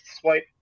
swipe